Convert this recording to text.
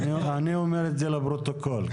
אני אומר את זה לפרוטוקול.